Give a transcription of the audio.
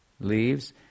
leaves